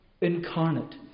incarnate